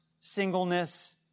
singleness